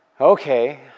okay